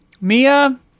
Mia